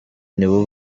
nibo